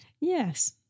Yes